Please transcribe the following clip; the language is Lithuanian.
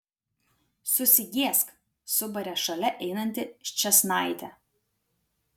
susigėsk subarė šalia einanti ščėsnaitė